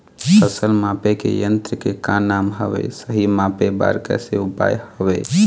फसल मापे के यन्त्र के का नाम हवे, सही मापे बार कैसे उपाय हवे?